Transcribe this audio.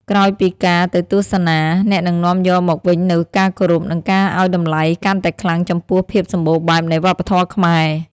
ក្រោយពីការទៅទស្សនា អ្នកនឹងនាំយកមកវិញនូវការគោរព និងការឱ្យតម្លៃកាន់តែខ្លាំងចំពោះភាពសម្បូរបែបនៃវប្បធម៌ខ្មែរ។